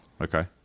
okay